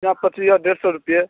इचना पोठी अइ डेढ़ सओ रुपैए